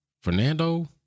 Fernando